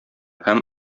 һәм